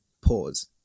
Pause